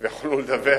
והיו יכולים לדווח